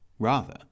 Rather